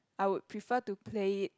I would prefer to play it